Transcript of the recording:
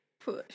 push